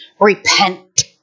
Repent